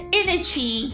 energy